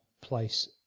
place